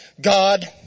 God